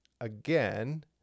again